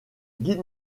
guide